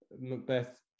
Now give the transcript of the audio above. Macbeth